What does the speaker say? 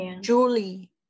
Julie